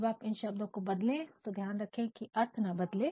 जब आप इन शब्दों को बदलें तो ध्यान रखें कि अर्थ ना बदले